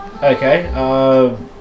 Okay